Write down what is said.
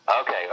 Okay